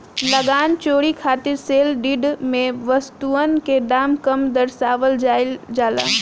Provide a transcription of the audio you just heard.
लगान चोरी खातिर सेल डीड में वस्तुअन के दाम कम दरसावल जाइल जाला